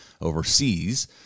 overseas